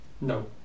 No